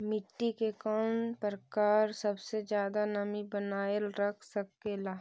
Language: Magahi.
मिट्टी के कौन प्रकार सबसे जादा नमी बनाएल रख सकेला?